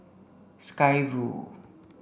Sky Vue